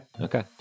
Okay